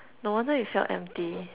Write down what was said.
no wonder it felt empty